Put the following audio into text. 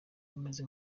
umeze